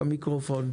בבקשה.